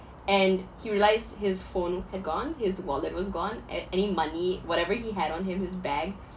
and he realised his phone had gone his wallet was gone a~ any money whatever he had on him his bag